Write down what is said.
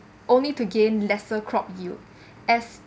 only to gain lesser crop yield as